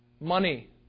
Money